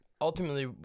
ultimately